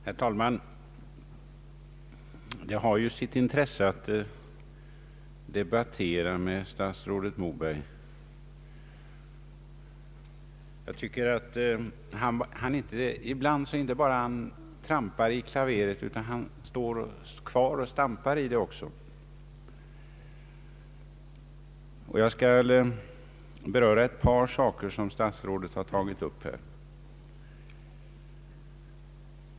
Herr talman! Det kan ha sitt intresse att debattera med statsrådet Moberg. Jag tycker att han ibland inte bara trampar i klaveret utan också står kvar och stampar i det. Jag skall beröra ett par saker som statsrådet här har tagit upp.